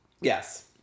Yes